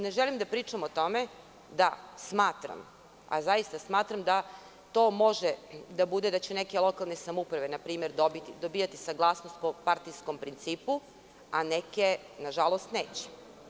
Ne želim da pričam o tome, da smatram, a zaista smatram, da to može da bude da će neke lokalne samouprave, npr, dobijati saglasnost po partijskom principu, a neke nažalost, neće.